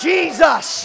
Jesus